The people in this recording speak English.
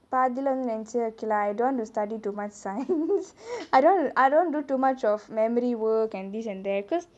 பாதிலே வந்து நெனச்ச: paathilae vanthu nenaichu okay lah I don't want to study too much science I don't want I don't want to do too much of memory work and this and that because